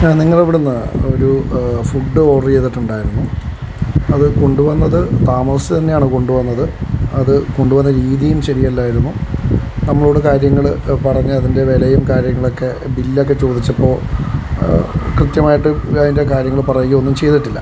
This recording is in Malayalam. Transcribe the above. നിങ്ങളുടെ അവിടുന്ന് ഒരു ഫുഡ് ഓർഡർ ചെയ്തിട്ടുണ്ടായിരുന്നു അത് കൊണ്ട് വന്നത് താമസിച്ച് തന്നെയാണ് കൊണ്ടുവന്നത് അത് കൊണ്ടുവന്ന രീതിയും ശരിയല്ലായിരുന്നു നമ്മളോട് കാര്യങ്ങള് പറഞ്ഞ് അതിൻ്റെ വിലയും കാര്യങ്ങളൊക്കെ ബില്ലൊക്കെ ചോദിച്ചപ്പോൾ കൃത്യമായിട്ട് അതിൻ്റെ കാര്യങ്ങളൊന്നും പറഞ്ഞിട്ടില്ല